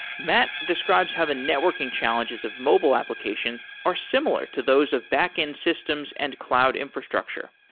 matt describes how the networking challenges of mobile applications are similar to those of backend systems and cloud infrastructure.